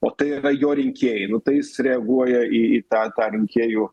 o tai yra jo rinkėjai nu tai jis reaguoja į į tą tą rinkėjų